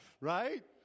Right